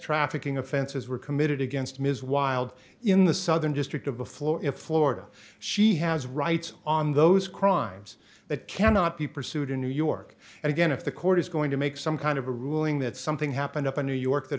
trafficking offenses were committed against ms wilde in the southern district of the floor if florida she has rights on those crimes that cannot be pursued in new york and again if the court is going to make some kind of a ruling that something happened up a new york that